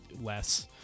less